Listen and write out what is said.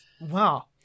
Wow